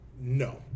No